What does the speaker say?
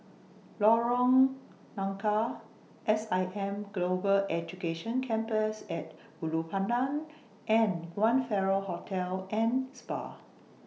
Lorong Nangka S I M Global Education Campus At Ulu Pandan and one Farrer Hotel and Spa